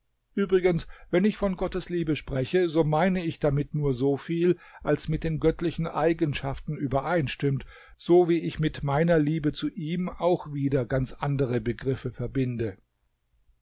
übrigens wenn ich von gottes liebe spreche so meine ich damit nur so viel als mit den göttlichen eigenschaften übereinstimmt so wie ich mit meiner liebe zu ihm auch wieder ganz andere begriffe verbinde